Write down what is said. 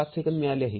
५ second मिळाले आहे